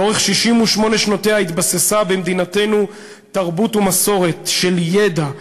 לאורך 68 שנותיה התבססו במדינתנו תרבות ומסורת של ידע,